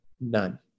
None